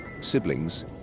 Siblings